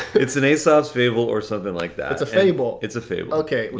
it's an aesop's fable, or something like that. it's a fable. it's a fable. okay,